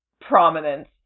prominence